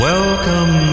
Welcome